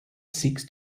seeks